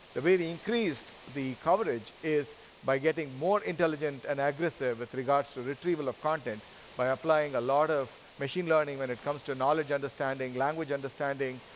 the way we increased the coverage is by getting more intelligent and aggressive with regards to retrieval of content by applying a lot of machine learning when it comes to knowledge understanding, language understanding,